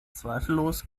zweifellos